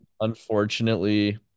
Unfortunately